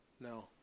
No